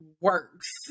works